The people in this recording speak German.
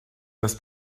das